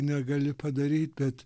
negali padaryt bet